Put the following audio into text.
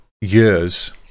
years